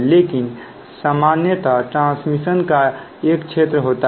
लेकिन सामान्यतः ट्रांसमिशन का एक क्षेत्र होता है